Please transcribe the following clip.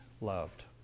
loved